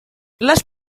les